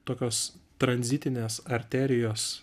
tokios tranzitinės arterijos